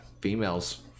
females